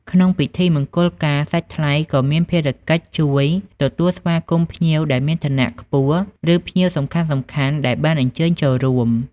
ក្នុងពិធីមង្គលការ សាច់ថ្លៃក៏មានភារកិច្ចជួយ ទទួលស្វាគមន៍ភ្ញៀវដែលមានឋានៈខ្ពស់ ឬ ភ្ញៀវសំខាន់ៗ ដែលបានអញ្ជើញចូលរួម។